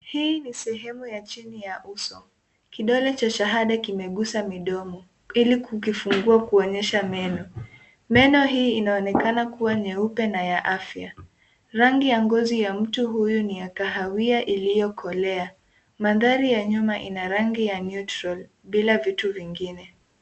Hii ni sehemu ya chini ya uso. Kidole cha shahada kimeguza midomo ili kukifungua kuonyesha meno. Meno hii inaonekana kuwa nyeupe na ya afya. Rangi ya ngozi ya mtu huyu ni ya kahawia iliyokolea. Mandhari ya nyuma ina rangi ya neutral bila vitu vingine.